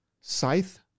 Scythe